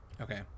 Okay